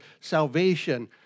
salvation